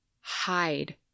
hide